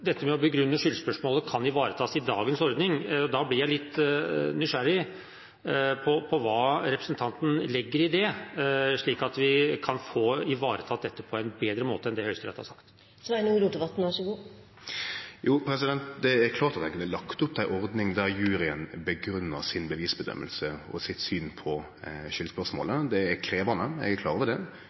dette med å begrunne skyldspørsmålet kan ivaretas i dagens ordning. Da blir jeg litt nysgjerrig på hva representanten legger i det, slik at vi kan få ivaretatt dette på en bedre måte enn det som Høyesterett har sagt. Det er klart at ein kunne lagt opp til ei ordning der juryen grunngjev si bevisvurdering og sitt syn på skyldspørsmålet. Det er krevjande – eg er klar over det – men det har vore ei rekkje forslag i debatten som kunne tilsagt at ein gjekk i den